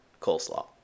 coleslaw